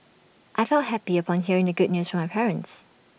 I felt happy upon hearing the good news from my parents